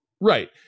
Right